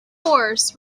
horse